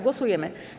Głosujemy.